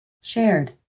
shared